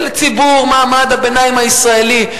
של ציבור מעמד הביניים הישראלי,